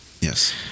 Yes